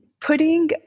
putting